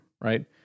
right